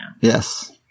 yes